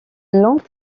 longue